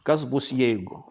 kas bus jeigu